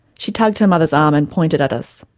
she tugged her mother's arm and pointed at us.